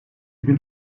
bin